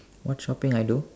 what shopping I do